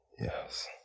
Yes